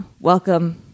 Welcome